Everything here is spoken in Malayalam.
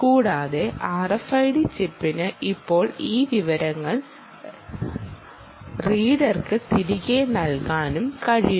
കൂടാതെ RFID ചിപ്പിന് ഇപ്പോൾ ഈ വിവരങ്ങൾ റീഡർക്ക് തിരികെ നൽകാനാകും കഴിയുന്നു